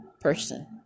person